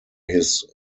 his